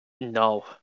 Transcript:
No